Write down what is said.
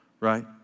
right